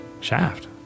Shaft